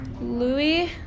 Louis